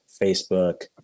Facebook